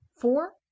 four